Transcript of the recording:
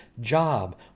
job